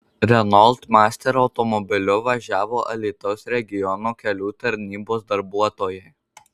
renault master automobiliu važiavo alytaus regiono kelių tarnybos darbuotojai